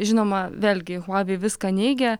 žinoma vėlgi huawei viską neigia